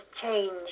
change